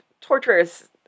torturous